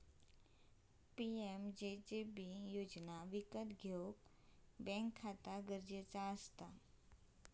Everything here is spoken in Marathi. पी.एम.जे.जे.बि योजना विकत घेऊक बॅन्क खाता गरजेचा असा